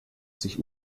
sich